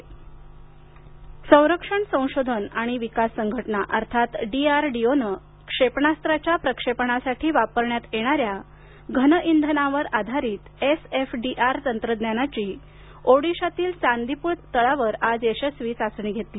DRDO संरक्षण संशोधन आणि विकास संघटना अर्थात डीआरडीओनं क्षेपणास्त्राच्या प्रक्षेपणासाठी वापरण्यात येणाऱ्या घन इंधनावर आधारीत एसएफडीआर तंत्रज्ञानाची ओडिशातील चांदीपूर तळावर यशस्वी चाचणी घेतली